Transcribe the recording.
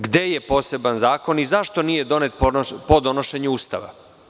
Gde je poseban zakon i zašto nije donet po donošenju Ustava?